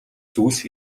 зүйлс